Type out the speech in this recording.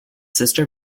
sister